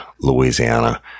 Louisiana